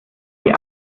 die